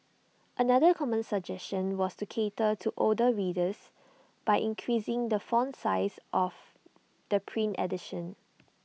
another common suggestion was to cater to older readers by increasing the font size of the print edition